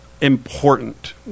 important